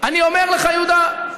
אני אומר לך, יהודה,